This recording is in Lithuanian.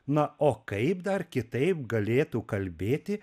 na o kaip dar kitaip galėtų kalbėti